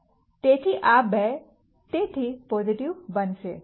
તેથી આ 2 તેથી પોઝિટિવ બનશે